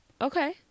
Okay